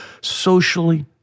socially